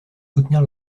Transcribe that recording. soutenir